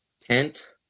tent